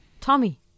Tommy